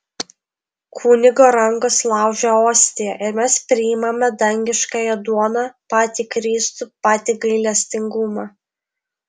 kunigo rankos laužia ostiją ir mes priimame dangiškąją duoną patį kristų patį gailestingumą